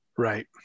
Right